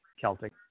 Celtic